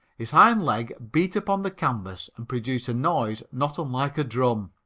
his hind leg beat upon the canvas and produced a noise not unlike a drum.